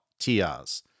TRs